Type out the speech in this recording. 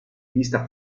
vista